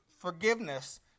Forgiveness